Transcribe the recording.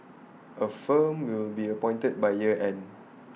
A firm will be appointed by year end